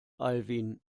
alwin